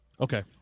Okay